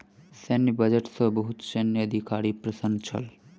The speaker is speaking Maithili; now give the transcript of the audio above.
सैन्य बजट सॅ बहुत सैन्य अधिकारी प्रसन्न छल